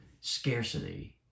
scarcity